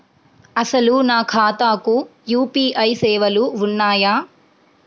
అసలు నా ఖాతాకు యూ.పీ.ఐ సేవలు ఉన్నాయా?